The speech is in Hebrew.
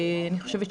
אני חושבת,